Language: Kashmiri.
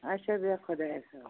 اَچھا بیٚہہ خۄدایس حوال